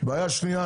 בעיה שנייה,